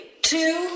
two